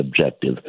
objective